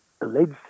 alleged